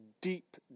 deep